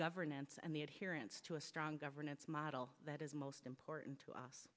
governance and the adherence to a strong governance model that is most important to us